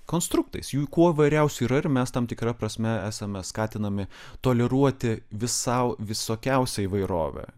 konstruktais jų kuo įvairiausių yra ir mes tam tikra prasme esame skatinami toleruoti vis sau visokiausią įvairovę